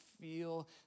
feel